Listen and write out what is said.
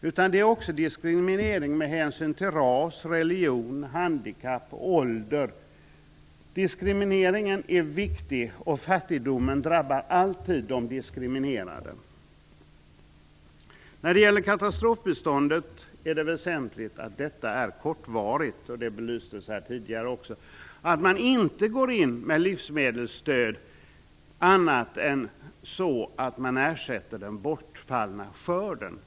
Jag menar också diskriminering med hänsyn till ras, religion, handikapp, ålder osv. Diskrimineringen är en viktig faktor. Fattigdomen drabbar alltid de diskriminerade. Det är väsentligt att katastrofbiståndet är kortvarigt. Detta belystes också tidigare här. Det är viktigt att man inte går in med livsmedelsstöd på annat sätt än att ersätta den bortfallna skörden.